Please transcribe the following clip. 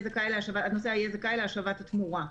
הנוסע יהיה זכאי להשבת התמורה.